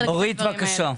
אורית, בבקשה.